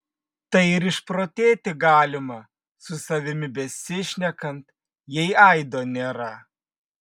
tai ir išprotėti galima su savimi besišnekant jei aido nėra